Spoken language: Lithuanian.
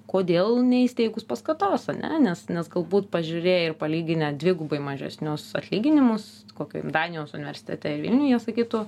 kodėl neįsteigus paskatos ane nes nes galbūt pažiūrėję ir palyginę dvigubai mažesnius atlyginimus kokiam danijos universitete ir vilniuje sakytų